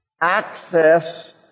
Access